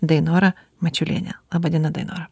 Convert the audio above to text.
dainora mačiulienė laba diena dainora